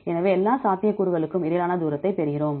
எனவே எல்லா சாத்தியக்கூறுகளுக்கும் இடையிலான தூரத்தை பெறுகிறோம்